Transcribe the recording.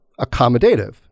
accommodative